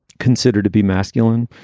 considered to be masculine?